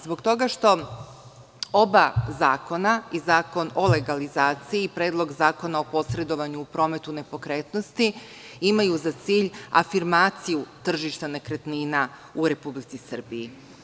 Zbog toga što oba zakona i Zakon o legalizaciji i Predlog zakona o posredovanju u prometu nepokretnosti imaju za cilj afirmaciju tržišta nekretnina u Republici Srbiji.